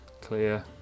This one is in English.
clear